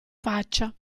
faccia